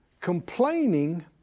Complaining